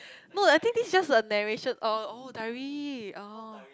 no I think this is just a narration oh oh diary oh